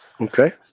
Okay